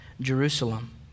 Jerusalem